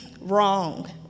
Wrong